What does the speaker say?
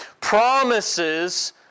promises